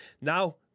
Now